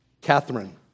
Catherine